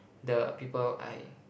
the people I